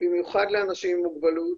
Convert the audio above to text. במיוחד לאנשים עם מוגבלות,